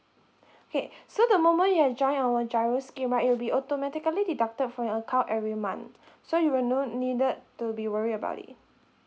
okay so the moment you had joined our GIRO scheme right it'll be automatically deducted from your account every month so you will no needed to be worry about it